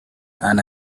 and